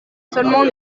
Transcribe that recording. seulement